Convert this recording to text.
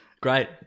Great